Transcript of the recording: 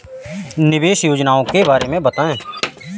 निवेश योजनाओं के बारे में बताएँ?